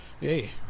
hey